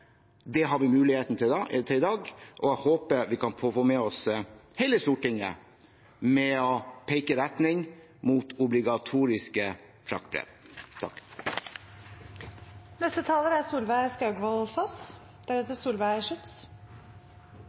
det. Det har vi muligheten til i dag, og jeg håper vi kan få med oss hele Stortinget i å peke retning mot obligatoriske elektroniske fraktbrev.